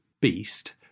beast